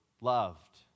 loved